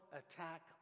attack